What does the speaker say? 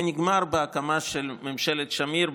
ונגמר בהקמה של ממשלת שמיר,